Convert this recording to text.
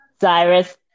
Cyrus